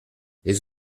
les